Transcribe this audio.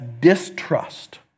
distrust